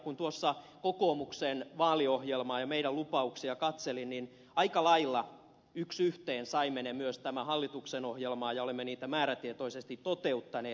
kun tuossa kokoomuksen vaaliohjelmaa ja meidän lupauksiamme katseli niin aika lailla yksi yhteen saimme ne myös tämän hallituksen ohjelmaan ja olemme niitä määrätietoisesti toteuttaneet